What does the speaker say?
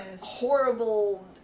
horrible